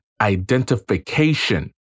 identification